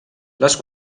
les